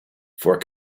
for